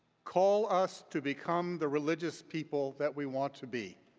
call us to become the religious people that we want to be.